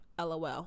LOL